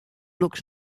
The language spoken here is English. looks